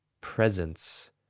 presence